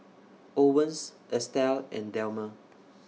Owens Estelle and Delmer